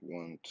one